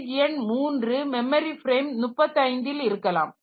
page எண் 3 memory frame 35 ல் இருக்கலாம்